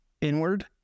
inward